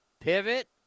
pivot